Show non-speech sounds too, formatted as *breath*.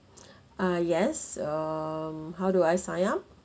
*breath* ah yes um how do I sign up